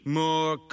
more